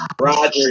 Roger